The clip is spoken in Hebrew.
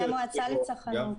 מהמועצה לצרכנות.